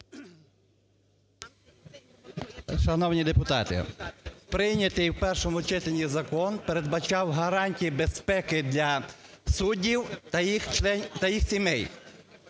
Шановні депутати, прийнятий в першому читанні закон передбачав гарантії безпеки для суддів та їх сімей.